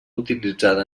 utilitzada